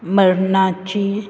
मरणाची